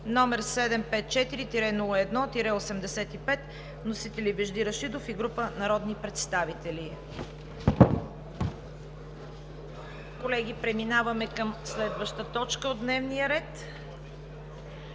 № 754-01-85, вносители са Вежди Рашидов и група народни представители. Преминаваме към следващата точка от дневния ред: